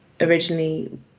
originally